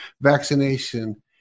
vaccination